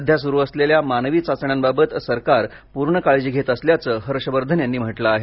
सध्या सुरु असलेल्या मानवी चाचण्याबाबत सरकार पूर्ण काळजी घेत असल्याच हर्ष वर्धन यांनी म्हटलं आहे